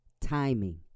Timing